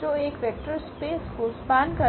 जो एक vector space को स्पान करता है